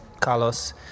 Carlos